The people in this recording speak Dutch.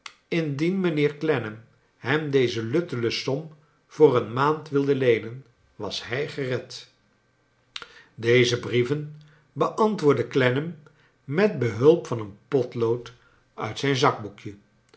indien mijnheer clennam hem deze luttele som voor een maand wilde leenen was hij gered deze brieven beantwoordde clennam met behulp van een potlood uit zijn zakboekje